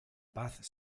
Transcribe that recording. paz